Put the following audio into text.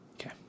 okay